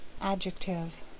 adjective